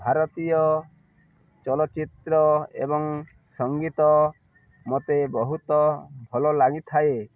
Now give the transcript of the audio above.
ଭାରତୀୟ ଚଳଚ୍ଚିତ୍ର ଏବଂ ସଙ୍ଗୀତ ମୋତେ ବହୁତ ଭଲ ଲାଗିଥାଏ